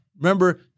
Remember